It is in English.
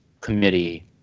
Committee